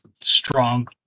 strong